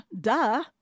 duh